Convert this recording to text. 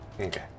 Okay